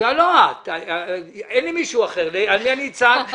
לא את, אבל אין לי מישהו אחר ולכן על מי אני אצעק?